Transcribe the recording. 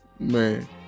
Man